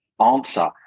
answer